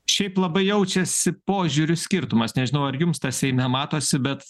šiaip labai jaučiasi požiūrių skirtumas nežinau ar jums tas seime matosi bet